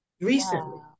recently